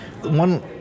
One